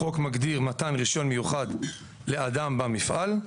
החוק מגדיר מתן רישיון מיוחד לאדם במפעל.